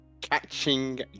catching